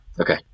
Okay